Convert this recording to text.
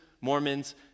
Mormons